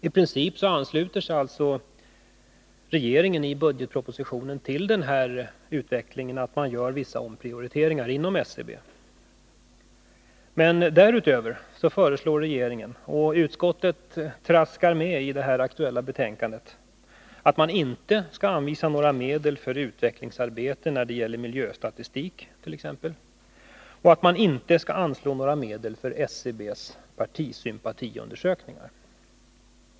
I princip ansluter sig regeringen i budgetpropositionen till att man inom SCB gör vissa omprioriteringar. Men därutöver föreslår regeringen — och utskottet traskar med i det här aktuella betänkandet — att man inte skall anvisa några medel för utvecklingsarbete när det gäller t. ex miljöstatistik och att man inte skall anslå några medel för SCB:s partisympatiundersökningar.